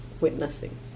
witnessing